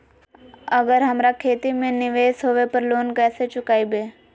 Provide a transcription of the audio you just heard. अगर हमरा खेती में निवेस होवे पर लोन कैसे चुकाइबे?